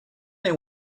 they